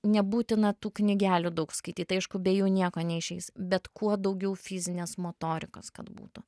nebūtina tų knygelių daug skaityt aišku be jų nieko neišeis bet kuo daugiau fizinės motorikos kad būtų